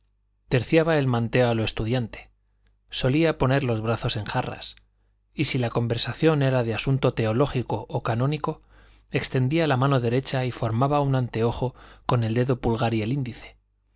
terciaba el manteo a lo estudiante solía poner los brazos en jarras y si la conversación era de asunto teológico o canónico extendía la mano derecha y formaba un anteojo con el dedo pulgar y el índice